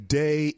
day